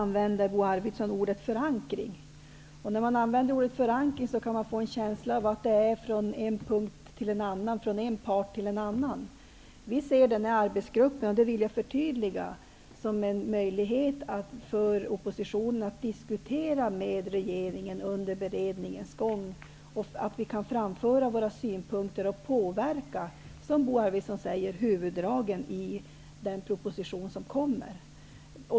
När man använder det ordet kan man få en känsla av att förankring sker från en punkt eller part till en annan. Jag vill förtydliga genom att säga att vi ser arbetsgruppen som en möjlighet för oppositionen att diskutera med regeringen under beredningens gång, och till att framföra våra synpunkter och påverka -- som Bo Arvidson säger -- huvuddragen i den proposition som kommer.